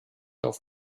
auf